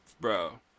Bro